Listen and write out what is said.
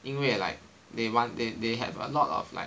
因为 like they want they they have a lot of like